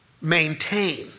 maintain